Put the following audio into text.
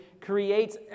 creates